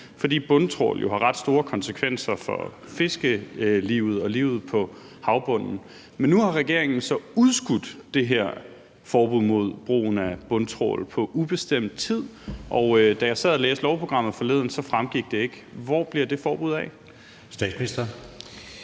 fordi bundtrawl jo har ret store konsekvenser for fiskelivet og livet på havbunden. Men nu har regeringen så udskudt det her forbud mod brugen af bundtrawl på ubestemt tid. Da jeg sad og læste lovprogrammet forleden, fremgik det ikke. Hvor bliver det forbud af?